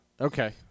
Okay